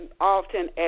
often